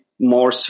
more